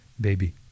baby